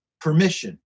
permission